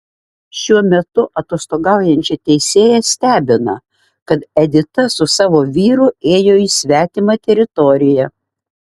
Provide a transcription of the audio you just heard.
šiuo metu atostogaujančią teisėją stebina kad edita su savo vyru ėjo į svetimą teritoriją